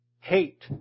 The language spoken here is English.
Hate